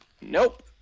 Nope